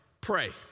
pray